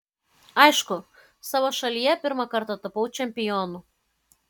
aišku savo šalyje pirmą kartą tapau čempionu